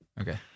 Okay